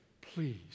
please